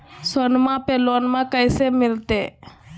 सोनमा पे लोनमा कैसे मिलते?